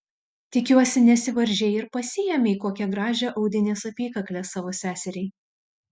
tikiuosi nesivaržei ir pasiėmei kokią gražią audinės apykaklę savo seseriai